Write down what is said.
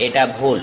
এটা ভুল